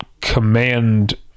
command